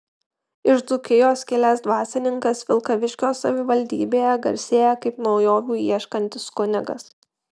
iš dzūkijos kilęs dvasininkas vilkaviškio savivaldybėje garsėja kaip naujovių ieškantis kunigas